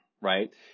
right